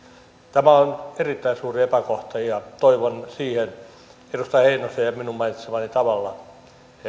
tämä on erittäin suuri epäkohta ja toivon siihen edustaja heinosen ja minun mainitsemallani tavalla